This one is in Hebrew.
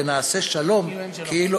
ונעשה שלום כאילו,